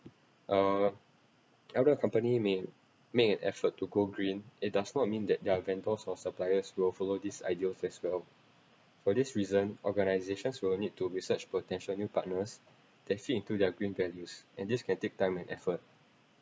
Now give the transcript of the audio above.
uh company may make an effort to go green it does not mean that their vendors or suppliers will follow these ideals as well for this reason organisations will need to research potential new partners taxi into their green values and this can take time and effort